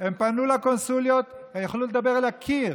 הם פנו לקונסוליות ויכלו לדבר אל הקיר,